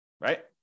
right